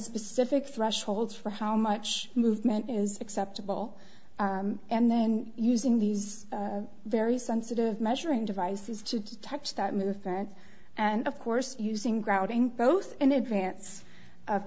specific thresholds for how much movement is acceptable and then using these very sensitive measuring devices to touch that movement and of course using grouting both in advance of